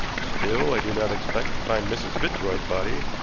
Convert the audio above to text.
still i do not expect to find mrs. fitzroy's body.